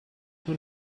nun